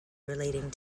relating